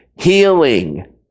healing